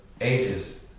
ages